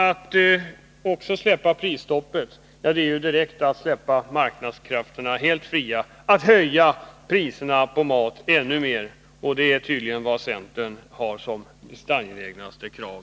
Att också häva prisstoppet innebär direkt att man släpper marknadskrafterna helt fria, att man höjer priserna på maten ännu mer — och det är tydligen vad centern har som sitt mest angelägna krav.